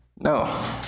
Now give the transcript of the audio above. No